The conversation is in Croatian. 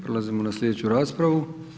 Prelazimo na sljedeću raspravu.